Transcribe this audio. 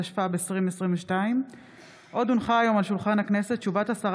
התשפ"ב 2022. עוד הונחה היום על שולחן הכנסת הודעת השרה